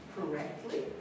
correctly